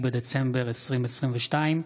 התשפ"ג 2022,